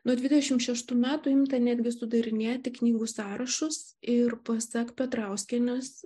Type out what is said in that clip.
nuo dvidešimt šeštų metų imta netgi sudarinėti knygų sąrašus ir pasak petrauskienės